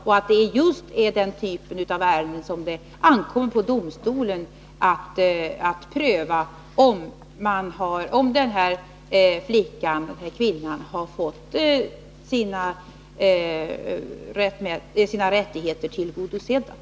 Det är just den typen av ärenden som det ankommer på domstolen att pröva —i det här fallet om kvinnan har fått sina rättigheter tillgodosedda.